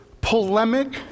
polemic